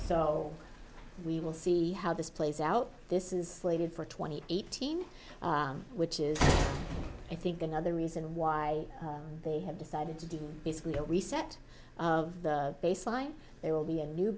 so we will see how this plays out this is slated for twenty eight team which is i think another reason why they have decided to do basically a reset of the baseline there will be a new